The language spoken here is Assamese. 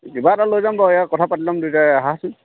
কিবা এটা লৈ যাম বাৰু এয়া কথা পাতি ল'ম দুয়োটাই আহাচোন